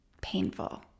painful